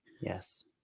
Yes